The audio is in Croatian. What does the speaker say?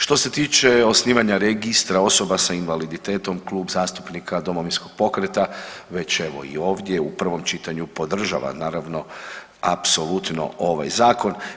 Što se tiče osnivanja registra osoba sa invaliditetom Klub zastupnika Domovinskog pokreta već evo i ovdje u prvom čitanju podržava naravno apsolutno ovaj zakon.